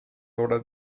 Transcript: obras